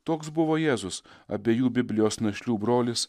toks buvo jėzus abiejų biblijos našlių brolis